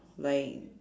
like